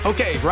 Okay